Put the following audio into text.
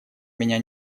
меня